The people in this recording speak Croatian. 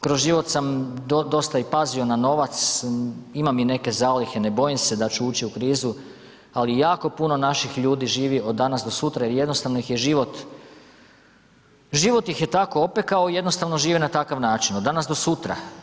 Kroz život sam dosta i pazio na novac, imam i neke zalihe, ne bojim se da ću ući u krizu, ali jako puno naših ljudi živi od danas do sutra jer jednostavno ih je život, život ih je tako opekao i jednostavno žive na takav način, od danas do sutra.